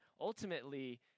ultimately